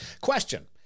Question